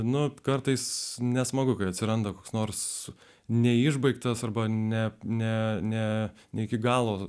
nu kartais nesmagu kai atsiranda koks nors neišbaigtas arba ne ne ne ne iki galo